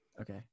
Okay